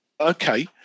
okay